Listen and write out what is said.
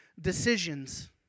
decisions